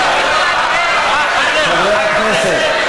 חברי הכנסת,